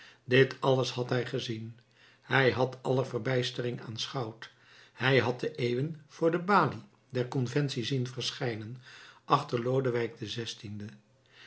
werd dit alles had hij gezien hij had aller verbijstering aanschouwd hij had de eeuwen voor de balie der conventie zien verschijnen achter lodewijk xvi